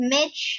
Mitch